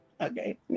okay